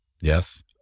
Yes